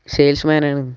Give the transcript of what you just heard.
സെയിൽസ്മാനാണ്